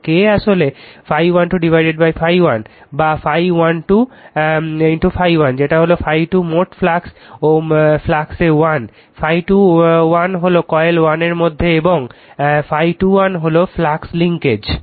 তো K আসলে ∅1 2 ∅1 বা ∅2 1 ∅2 যেটা হলো ∅2 মোট ফ্লাক্স ও ফ্লাক্স 1 ∅2 1 হল কয়েল 1 এর মধ্যে এবং ∅2 1 হল ফ্লাক্স লিঙ্কেজ